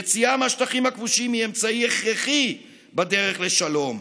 יציאה מהשטחים הכבושים היא אמצעי הכרחי בדרך לשלום,